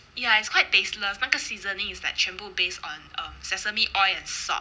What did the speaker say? ya it's quite tasteless 那个 seasonings is like 全部 based on um sesame oil and salt